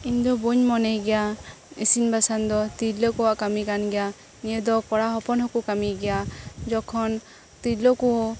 ᱤᱧ ᱫᱚ ᱵᱟᱹᱧ ᱢᱚᱱᱮ ᱜᱮᱭᱟ ᱤᱥᱤᱱ ᱵᱟᱥᱟᱝ ᱫᱚ ᱛᱤᱨᱞᱟᱹ ᱠᱚᱣᱟᱜ ᱠᱟᱹᱢᱤ ᱠᱟᱱ ᱜᱮᱭᱟ ᱱᱚᱶᱟ ᱫᱚ ᱠᱚᱲᱟ ᱦᱚᱯᱚᱱ ᱦᱚᱸᱠᱚ ᱠᱟᱹᱢᱤ ᱜᱮᱭᱟ ᱡᱚᱠᱷᱚᱱ ᱛᱤᱨᱞᱟᱹ ᱠᱚᱦᱚᱸ